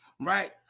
right